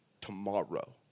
tomorrow